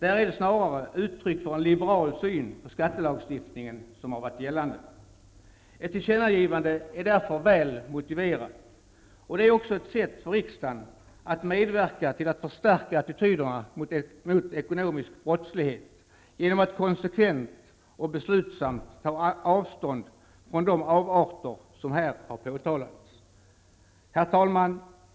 Det finns där snarare uttryck för en liberal syn på skattelagstiftningen som varit gällande. Ett tillkännagivande är därför väl motiverat. Det är också ett sätt för riksdagen att, genom att konsekvent och beslutsamt ta avstånd från de avarter som här påtalats, medverka till att förstärka attityderna mot ekonomisk brottslighet. Herr talman!